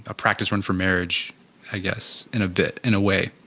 ah practice run for marriage i guess in a bit, in a way?